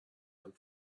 and